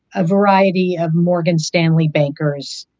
a variety of morgan stanley bankers.